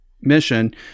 mission